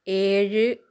ഏഴ്